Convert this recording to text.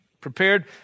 prepared